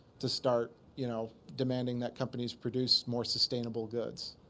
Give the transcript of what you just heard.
to start you know demanding that companies produce more sustainable goods?